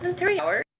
um three hours,